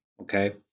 Okay